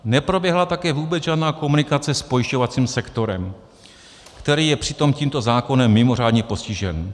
Neproběhla také vůbec žádná komunikace s pojišťovacím sektorem, který je přitom tímto zákonem mimořádně postižen.